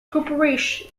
corporation